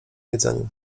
jedzeniu